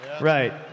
Right